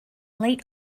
late